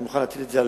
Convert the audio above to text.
אני מוכן להטיל על